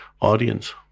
audience